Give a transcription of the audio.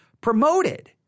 promoted